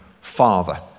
Father